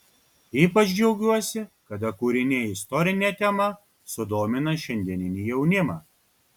ypač džiaugiuosi kada kūriniai istorine tema sudomina šiandieninį jaunimą